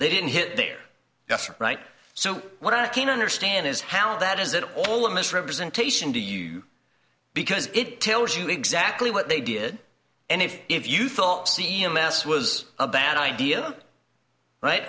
they didn't hit their yes or right so what i can't understand is how that is it all a misrepresentation to you because it tells you exactly what they did and if if you thought c m s was a bad idea right